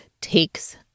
takes